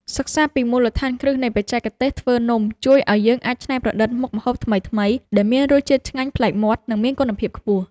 សិក្សាពីមូលដ្ឋានគ្រឹះនៃបច្ចេកទេសធ្វើនំជួយឱ្យយើងអាចច្នៃប្រឌិតមុខម្ហូបថ្មីៗដែលមានរសជាតិឆ្ងាញ់ប្លែកមាត់ និងមានគុណភាពខ្ពស់។